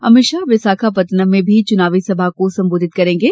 अमित शाह विशाखापत्तनम में भी चुनावी सभा को संबोधित करेंगे